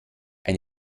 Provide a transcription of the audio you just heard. ein